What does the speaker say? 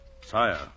Sire